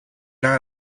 not